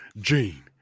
Gene